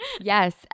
Yes